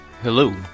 Hello